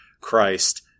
Christ